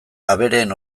abereen